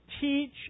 teach